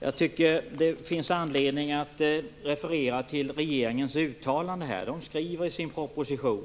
Jag tycker att det finns anledning att referera till regeringens uttalande. Man skriver i sin proposition